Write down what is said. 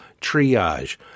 triage